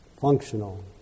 functional